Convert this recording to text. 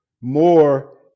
more